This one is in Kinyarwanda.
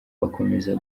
bakomeje